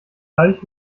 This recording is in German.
dadurch